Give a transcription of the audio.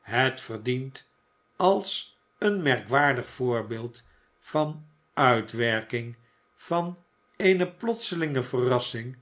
het verdient als een merkwaardig voorbeeld van de uitwerking van eene plotselinge verrassing